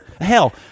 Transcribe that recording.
Hell